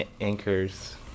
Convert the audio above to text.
Anchors